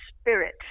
spirit